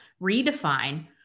redefine